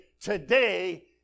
today